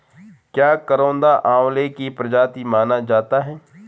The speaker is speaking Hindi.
क्या करौंदा आंवले की प्रजाति माना जाता है?